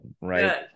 right